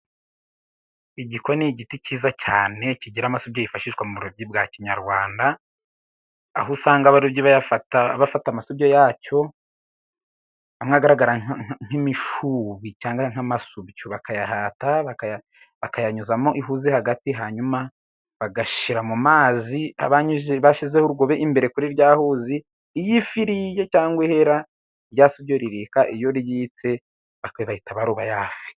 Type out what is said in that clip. Igiko ni igiti cyiza cyane kigira amasubyo yifashishwa mu burobyi bwa kinyarwanda ,aho usanga abarobyi bayabafata bafata amasubyo yacyo amwe agaragara nk'imishubi cyangwa nk'amasubyo bakayahata bakayanyuzamo ihuze hagati hanyuma bagashyira mu mazi bashyizeho urugobe imbere kuri rya huzi iyo ifiriye cyangwa ihera rya subyo ririka, iyo ryitse bakaba bahita baruba ya hafi.